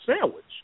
sandwich